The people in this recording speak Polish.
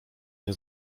nie